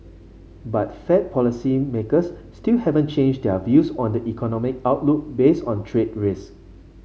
but Fed policymakers still haven't changed their views on the economic outlook based on trade risks